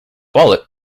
wallet